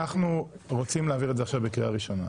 אנחנו רוצים להעביר את זה עכשיו בקריאה ראשונה.